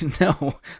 No